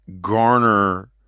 garner